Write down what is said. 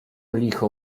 licho